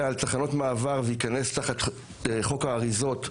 לתחנות מעבר וייכנס תחת חוק האריזות,